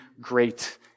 great